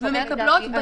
ומקבלות בדין.